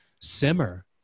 simmer